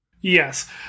Yes